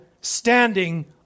standing